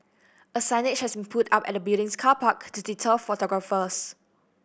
a signage has been put up at the building's car park to deter photographers